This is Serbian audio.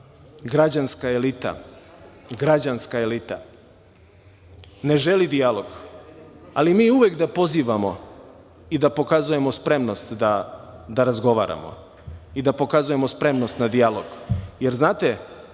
ta nekakva građanska elita ne želi dijalog, ali mi uvek da pozivamo i da pokazujemo spremnost da razgovaramo i da pokazujemo spremnost na dijalog, jer, znate,